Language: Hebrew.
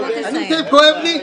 כואב לי,